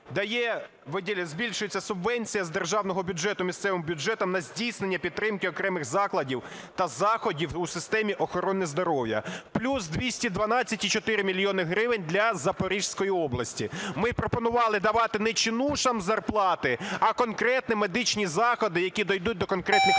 збільшується "Субвенція з державного бюджету місцевим бюджетам на здійснення підтримки окремих закладів та заходів у системі охорони здоров'я", плюс 212,4 мільйона гривень для Запорізької області. Ми пропонували давати не "чинушам" зарплати, а конкретні медичні заходи, які дійдуть до конкретних людей.